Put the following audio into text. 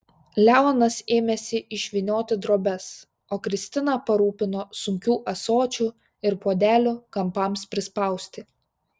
leonas ėmėsi išvynioti drobes o kristina parūpino sunkių ąsočių ir puodelių kampams prispausti